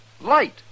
light